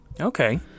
Okay